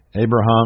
Abraham